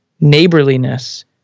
neighborliness